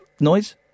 noise